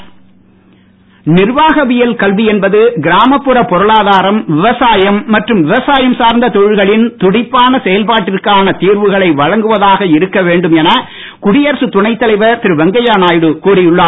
வெங்கைய நாயுடு நிர்வாகவியல் கல்வி என்பது கிராமப்புற பொருளாதாரம் விவசாயம் மற்றும் விவசாயம் சார்ந்த தொழில்களின் துடிப்பான செயல்பாட்டிற்கான தீர்வுகளை வழங்குவதாக இருக்க வேண்டும் என குடியரசு துணைத் தலைவர் திரு வெங்கையநாயுடு கூறி உள்ளார்